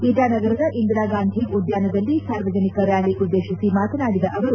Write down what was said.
ಇಟಾನಗರದ ಇಂದಿರಾಗಾಂಧಿ ಉದ್ಯಾನದಲ್ಲಿ ಸಾರ್ವಜನಿಕ ರ್ಶಾಲಿ ಉದ್ದೇತಿಸಿ ಮಾತನಾಡಿದ ಅವರು